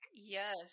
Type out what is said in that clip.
Yes